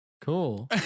Cool